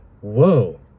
Whoa